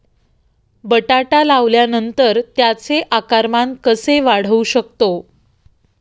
बटाटा लावल्यानंतर त्याचे आकारमान कसे वाढवू शकतो?